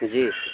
جی